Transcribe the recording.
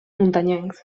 muntanyencs